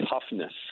toughness